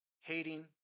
Hating